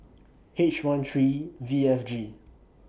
H one three V F G